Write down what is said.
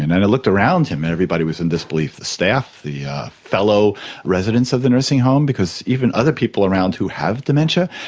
and and looked around him and everybody was in disbelief, the staff, the fellow residents of the nursing home, because even other people around who have dementia,